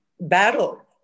battle